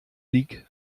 league